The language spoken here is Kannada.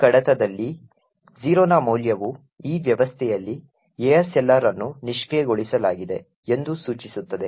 ಈ ಕಡತದಲ್ಲಿ 0 ನ ಮೌಲ್ಯವು ಈ ವ್ಯವಸ್ಥೆಯಲ್ಲಿ ASLR ಅನ್ನು ನಿಷ್ಕ್ರಿಯಗೊಳಿಸಲಾಗಿದೆ ಎಂದು ಸೂಚಿಸುತ್ತದೆ